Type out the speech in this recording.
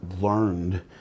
learned